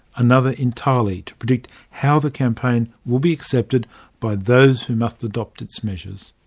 another entirely to predict how the campaign will be accepted by those who must adopt its measures.